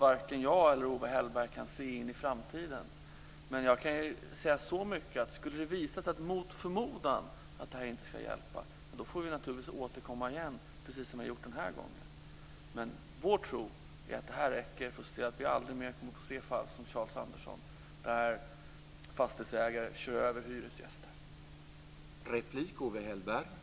Varken jag eller Owe Hellberg kan se in i framtiden. Men jag kan säga så mycket att vi återkommer om det mot förmodan visar sig att detta inte hjälper. Men vår tro är att det räcker. Vi ser till att vi aldrig mer får fall som det med Charles Andersson och att fastighetsägare inte ska kunna köra över hyresgäster.